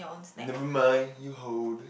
never mind you hold